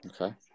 Okay